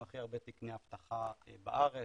עם הכי הרבה תקני אבטחה בארץ,